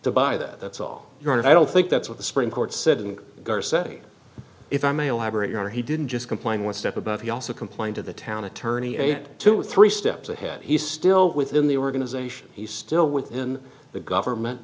to buy that that's all you want i don't think that's what the supreme court said and said if i may elaborate your honor he didn't just complain one step about he also complained to the town attorney a two or three steps ahead he's still within the organization he's still within the government